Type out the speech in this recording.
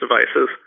devices